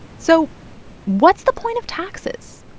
so what's the point of taxes?